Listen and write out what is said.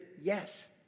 Yes